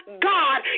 God